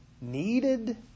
needed